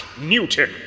Newton